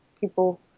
people